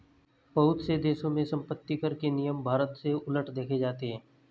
बहुत से देशों में सम्पत्तिकर के नियम भारत से उलट देखे जाते हैं